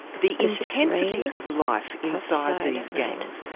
the intensity of life inside these gangs,